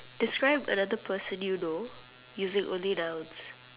describe another person you know using only nouns